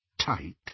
tight